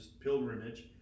pilgrimage